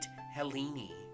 Helene